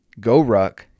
GORUCK